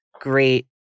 great